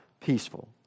peaceful